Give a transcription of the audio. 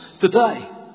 today